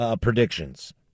predictions